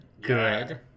Good